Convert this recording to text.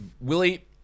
Willie